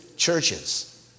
churches